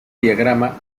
diagrama